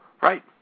Right